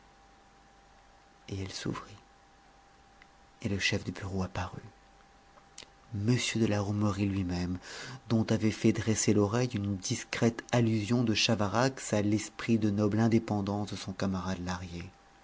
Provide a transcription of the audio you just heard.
et elle s'ouvrit et le chef de bureau apparut m de la hourmerie lui-même dont avait fait dresser l'oreille une discrète allusion de chavarax à l'esprit de noble indépendance de son camarade